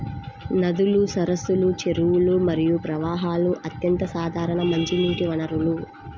నదులు, సరస్సులు, చెరువులు మరియు ప్రవాహాలు అత్యంత సాధారణ మంచినీటి వనరులు